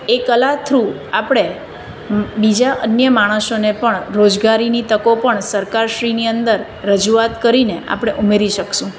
એ કલા થ્રુ આપણે મ બીજા અન્ય માણસોને પણ રોજગારીની તકો પણ સરકાર શ્રીની અંદર રજૂઆત કરીને આપણે ઉમેરી શકશું